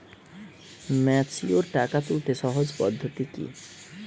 Mature টাকা তুলতে সহজ পদ্ধতি কি?